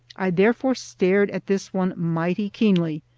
i therefore stared at this one mighty keenly,